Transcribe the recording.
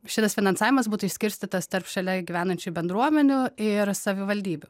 šitas finansavimas būtų išskirstytas tarp šalia gyvenančių bendruomenių ir savivaldybių